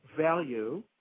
Value